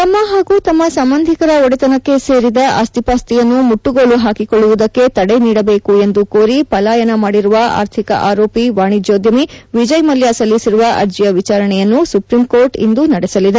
ತಮ್ಮ ಹಾಗೂ ತಮ್ಮ ಸಂಬಂಧಿಕರ ಒಡೆತನಕ್ಕೆ ಸೇರಿದ ಆಸ್ತಿಪಾಸ್ತಿಯನ್ನು ಮುಟ್ಟುಗೋಲು ಹಾಕಿಕೊಳ್ಳುವುದಕ್ಕೆ ತಡೆ ನೀಡಬೇಕು ಎಂದು ಕೋರಿ ಪಲಾಯನ ಮಾಡಿರುವ ಆರ್ಥಿಕ ಆರೋಪಿ ವಾಣಿಜ್ಯೋದ್ಯಮಿ ವಿಜಯ್ ಮಲ್ಯಾ ಸಲ್ಲಿಸಿರುವ ಅರ್ಜಿಯ ವಿಚಾರಣೆಯನ್ನು ಸುಪ್ರೀಂಕೋರ್ಟ್ ಇಂದು ನಡೆಸಲಿದೆ